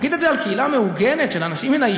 להגיד את זה על קהילה מאורגנת של אנשים מהיישוב?